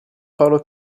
paolo